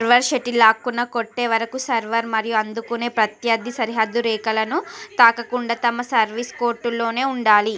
server షటిలాక్కున్న కొట్టే వరకు సర్వర్ మరియు అందుకునే ప్రత్యర్థి సరిహద్దు రేఖలను తాకకుండా తమ సర్వీస్ కోర్టు లోనే ఉండాలి